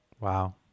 Wow